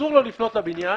אסור לו לפנות לבניין,